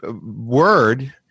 word